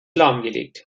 lahmgelegt